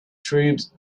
troops